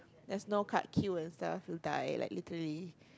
there's no cut queue and stuff you'll die like literally